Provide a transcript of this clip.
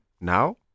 now